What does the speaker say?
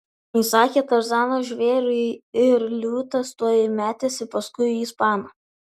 įsakė tarzanas žvėriui ir liūtas tuoj metėsi paskui ispaną